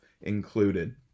included